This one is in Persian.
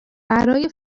برای